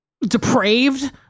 depraved